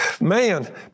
Man